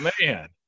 Man